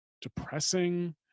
depressing